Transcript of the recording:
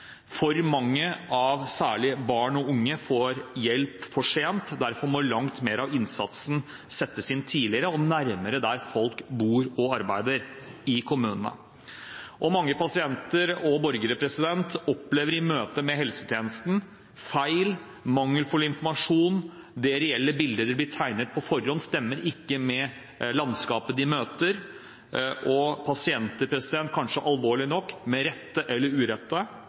for mange – særlig barn og unge – får hjelp for sent. Derfor må langt mer av innsatsen settes inn tidligere og nærmere der folk bor og arbeider – i kommunene. Mange pasienter og borgere opplever i møte med helsetjenesten å få feil eller mangelfull informasjon. Det bildet som blir tegnet på forhånd, stemmer ikke med landskapet de møter, og pasienter, kanskje alvorlig nok – med rette eller urette